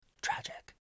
Tragic